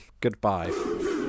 goodbye